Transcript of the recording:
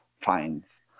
fines